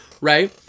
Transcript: right